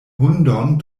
hundon